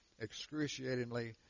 excruciatingly